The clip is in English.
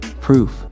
Proof